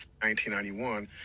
1991